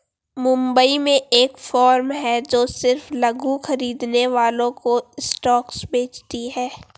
मुंबई में एक फार्म है जो सिर्फ लघु खरीदने वालों को स्टॉक्स बेचती है